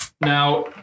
Now